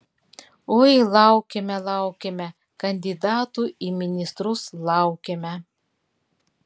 oi laukėme laukėme kandidatų į ministrus laukėme